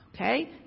Okay